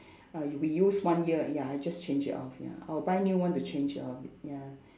ah you reuse one year ya I just change it off ya I'll buy new one to change off it ya